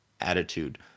attitude